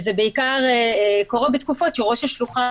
זה קורה בעיקר בתקופות שראש השלוחה